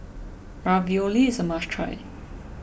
Ravioli is a must try